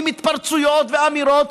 עם התפרצויות ואמירות,